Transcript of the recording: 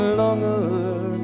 longer